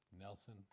nelson